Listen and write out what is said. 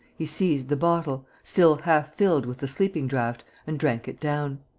he seized the bottle, still half-filled with the sleeping-draught, and drank it down.